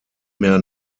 mehr